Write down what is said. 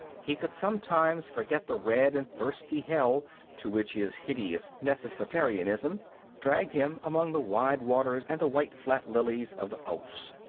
he could sometimes forget the red and thirsty hell to which his hideous necessitarianism dragged him among the wide waters and the white flat lilies of the ouse.